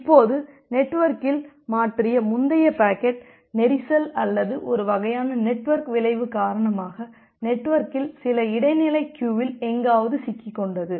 இப்போது நெட்வொர்க்கில் மாற்றிய முந்தைய பாக்கெட் நெரிசல் அல்லது ஒரு வகையான நெட்வொர்க் விளைவு காரணமாக நெட்வொர்க்கில் சில இடைநிலை க்வியூவில் எங்காவது சிக்கிக்கொண்டது